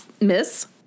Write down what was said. miss